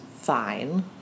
fine